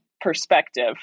perspective